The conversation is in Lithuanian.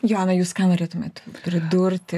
joana jūs ką norėtumėt pridurti